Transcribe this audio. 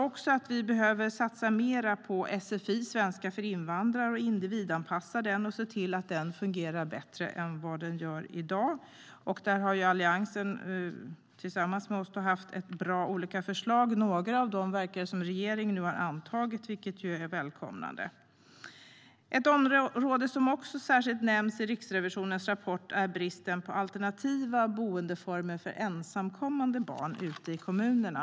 Likaså behöver vi satsa ytterligare på sfi, svenska för invandrare, och individanpassa den för att se till att den fungerar bättre än vad den gör i dag. Där har Alliansen haft en rad olika förslag. Det verkar som att regeringen har antagit några av dem, vilket ju är välkommet. Ett område som särskilt nämns i Riksrevisionens rapport är bristen på alternativa boendeformer för ensamkommande barn ute i kommunerna.